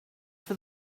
for